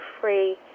free